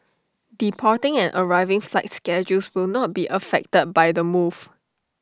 departing and arriving flight schedules will not be affected by the move